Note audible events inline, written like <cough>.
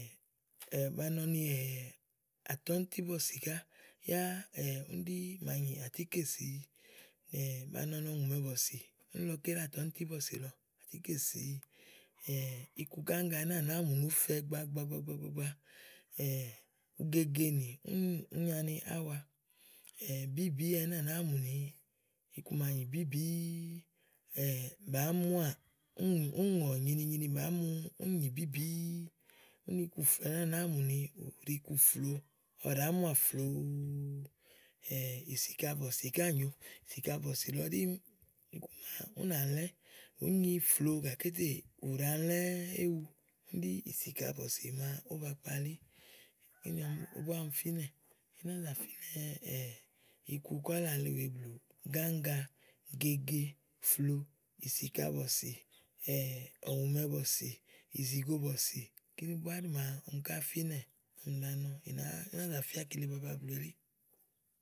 <hesitation> ba nɔ ni <hesitation> àtɔ̀ntí bɔ̀sì ká yá <hesitation> úni ɖí màa nyì àtíkèsi <hesitation> ba nɔ ni ɔ̀ŋùmɛbɔ̀sì úni lɔ ké ɖí àtɔ̀ntíbɔ̀sì lɔ. àtíkèsi <hesitation> iku gáŋga ɛnɛ́ɛ̀ à nàáa mù ni ùú fɛ gbagbagbagba, ugegenì únì ùú nyi ani áwa <hesitation> bìíbìí ɛnɛ́ɛ̀ à nàáa mù ni iku ma nyì bìíbìíí. <hesitation> bàá muà úni ŋɔ̀ nyi ni nyini bàá mu bìíbìíí. úni iku flòo ɛnɛ́ à náa mù ni ù ɖi iku flòo ɔwɔ ɖàá muà flòoo <hesitation> ìsìkabɔ̀sì ká nyòo ìsìkabɔ̀sì lɔ ɖí iku màa ú nàa lɛ̀ ùú nyì flòo gàké tè ù ɖalɛ̃ éwu úndi ɖíìsìkabɔ̀sì màa ówò ba kpalí kíni búá ɔmi fínɛ̀ íná zà fínɛ <hesitation> iku kɔ̀là le wèeè blɔ gáŋga, gege, flòo, ìsìkabɔ̀sì <hesitation> ɔ̀ŋùmɛ bɔ̀sì, ìzìgobɔ̀sì, kíni búá ɖí màa ɔmi ká fínɛ̀ ɔmi ɖàa nɔ tè yá í ná zà fía kile baba blù elíì.